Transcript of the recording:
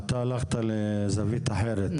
אתה הלכת לזווית אחרת,